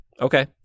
Okay